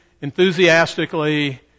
enthusiastically